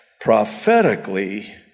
prophetically